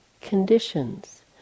conditions